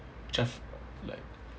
just like